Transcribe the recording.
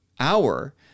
hour